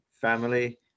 family